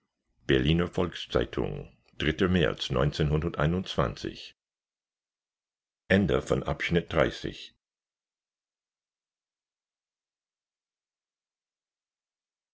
berliner volks-zeitung märz